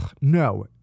no